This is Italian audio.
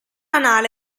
anale